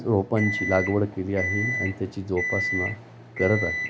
रोपांची लागवड केली आहे आणि त्याची जोपासना करत आहे